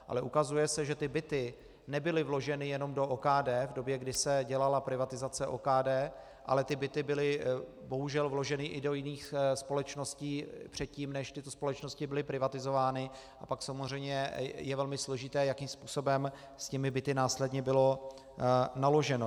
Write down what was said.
Ale ukazuje se, že ty byty nebyly vloženy jenom do OKD v době, kdy se dělala privatizace OKD, ale ty byty byly bohužel vloženy i do jiných společností předtím, než tyto společnosti byly privatizovány, a pak samozřejmě je velmi složité, jakým způsobem s těmi byty následně bylo naloženo.